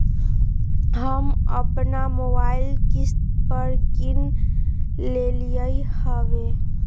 हम अप्पन मोबाइल किस्ते पर किन लेलियइ ह्बे